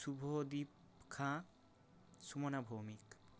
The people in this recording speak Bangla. শুভদীপ খাঁ সুমনা ভৌমিক